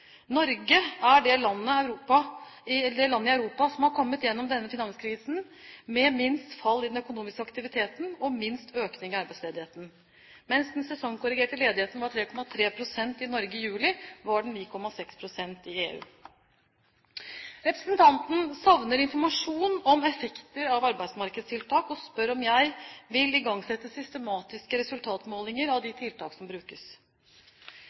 Norge er det landet i Europa som har kommet gjennom denne finanskrisen med minst fall i den økonomiske aktiviteten og minst økning i arbeidsledigheten. Mens den sesongkorrigerte ledigheten var på 3,3 pst. i Norge i juli, var den på 9,6 pst. i EU. Representanten savner informasjon om effekter av arbeidsmarkedstiltak og spør om jeg vil igangsette systematiske resultatmålinger av de tiltak som brukes.